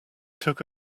took